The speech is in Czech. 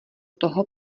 toho